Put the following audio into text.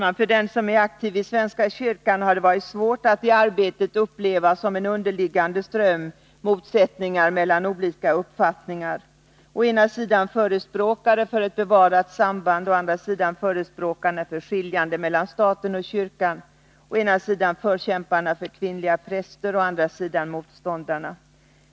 För den som är aktiv i svenska kyrkan har det varit svårt att i arbetet uppleva som en underliggande ström motsättningar mellan olika uppfattningar — å ena sidan mellan förespråkare för ett bevarat samband och å andra sidan förespråkare för skiljande mellan staten och kyrkan, å ena sidan förkämparna för kvinnliga präster och å andra sidan motståndarna.